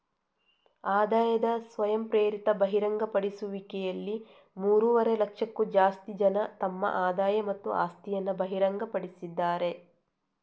ಆದಾಯದ ಸ್ವಯಂಪ್ರೇರಿತ ಬಹಿರಂಗಪಡಿಸುವಿಕೆಯಲ್ಲಿ ಮೂರುವರೆ ಲಕ್ಷಕ್ಕೂ ಜಾಸ್ತಿ ಜನ ತಮ್ಮ ಆದಾಯ ಮತ್ತು ಆಸ್ತಿಯನ್ನ ಬಹಿರಂಗಪಡಿಸಿದ್ದಾರೆ